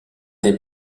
des